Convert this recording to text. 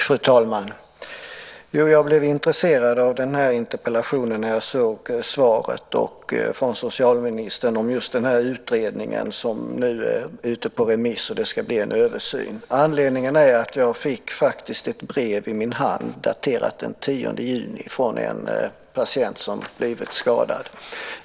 Fru talman! Jag blev intresserad av den här interpellationen när jag såg svaret från socialministern om just den här utredningen som nu är ute på remiss. Det ska alltså bli en översyn. Anledningen är att jag faktiskt fick ett brev i min hand, daterat den 10 juni, från en patient som blivit skadad.